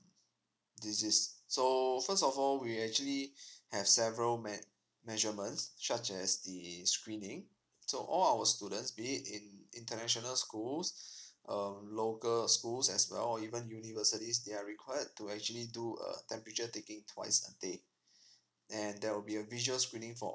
disease so first of all we actually have several men~ measurements such as the screening so all our students be it in international schools um local schools as well or even universities they are required to actually do a temperature taking twice a day and there will be a visual screening for